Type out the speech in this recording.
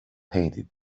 painted